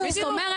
בדיוק.